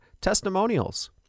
testimonials